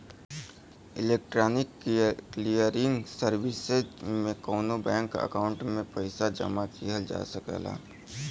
electronic clearing services में कउनो bank account में पइसा जमा किहल जा सकला